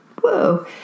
Whoa